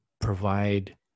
provide